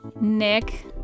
Nick